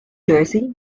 jersey